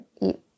eat